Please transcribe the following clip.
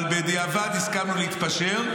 אבל בדיעבד הסכמנו להתפשר,